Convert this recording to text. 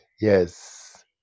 Yes